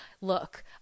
Look